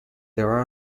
there